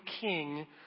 King